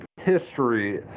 history